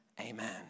amen